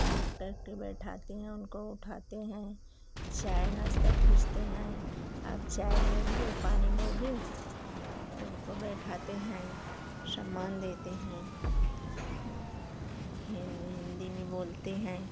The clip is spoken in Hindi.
आप करके बैठाते हैं उनको उठाते हैं चाय नाश्ता पूछते हैं आप चाय लेओगे पानी लोगे उनको बैठाते हैं शम्मान देते हैं हिन्दी में बोलते हैं